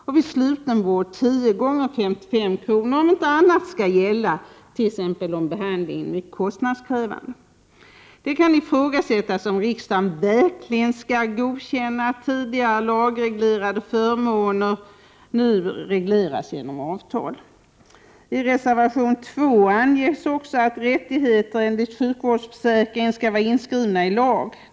och vid slutenvård tio gånger 55 kr., om inte annat skall gälla, t.ex. om behandlingen är mycket kostnadskrävande. Det kan ifrågasättas om riksdagen verkligen skall godkänna att tidigare lagreglerade förmåner nu regleras genom avtal. I reservation 2 anges också att rättigheter enligt sjukvårdsförsäkringen skall vara inskrivna i lag.